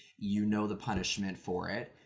you know the punishment for it.